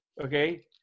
okay